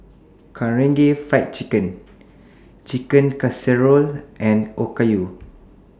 Karaage Fried Chicken Chicken Casserole and Okayu